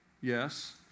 Yes